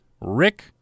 Rick